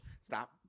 stop